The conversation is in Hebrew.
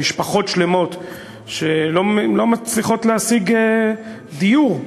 משפחות שלמות שלא מצליחות להשיג דיור,